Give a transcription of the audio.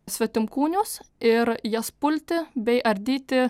svetimkūnius ir jas pulti bei ardyti